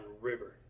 river